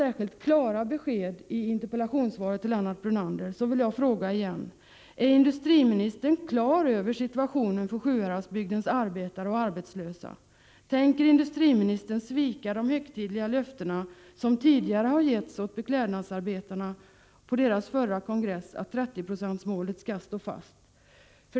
Är industriministern klar över situationen för Sjuhäradsbygdens arbetare och arbetslösa? Tänker industriministern svika de högtidliga löften som gavs åt beklädnadsarbetarna på deras förra kongress, dvs. att 30-procentsmålet skall stå fast?